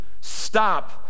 stop